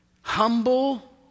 humble